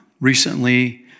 recently